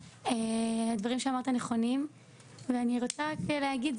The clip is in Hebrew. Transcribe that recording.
הדברים שאמרת נכונים ואני רוצה רק להגיד,